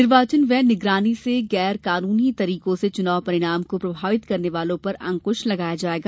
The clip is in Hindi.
निर्वाचन व्यय निगरानी से गैरकानूनी तरीकों र्स चुनाव परिणाम को प्रभावित करने वालों पर अंकृश लगाया जायेगा